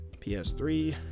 PS3